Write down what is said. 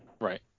Right